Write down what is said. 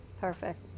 Perfect